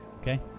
okay